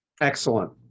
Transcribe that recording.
Excellent